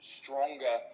stronger